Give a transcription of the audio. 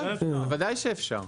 בוודאי שאפשר.